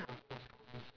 ya